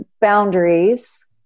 boundaries